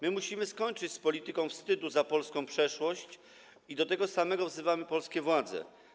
My musimy skończyć z polityką wstydu za polską przeszłość i do tego samego wzywamy polskie władze.